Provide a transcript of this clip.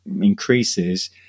increases